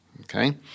Okay